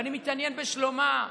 ואני מתעניין בשלומה.